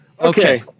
Okay